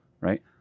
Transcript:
Right